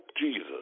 Jesus